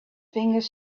fingers